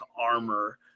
armor